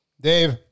Dave